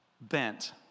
bent